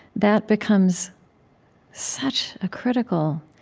that becomes such a critical